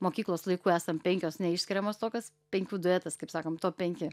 mokyklos laikų esam penkios neišskiriamos tokios penkių duetas kaip sakom top penki